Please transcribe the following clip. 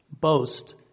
boast